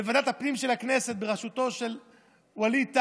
בוועדת הפנים של הכנסת בראשותו של ווליד טאהא,